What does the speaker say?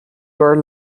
were